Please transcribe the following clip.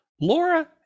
laura